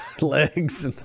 legs